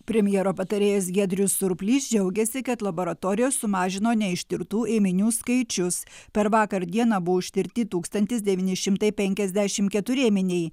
premjero patarėjas giedrius surplys džiaugiasi kad laboratorijos sumažino neištirtų ėminių skaičius per vakar dieną buvo ištirti tūkstantis devyni šimtai penkiasdešim keturi ėminiai